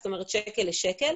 זאת אומרת שקל לשקל,